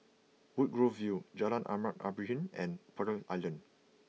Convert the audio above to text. Woodgrove View Jalan Ahmad Ibrahim and Pearl Island